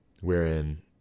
wherein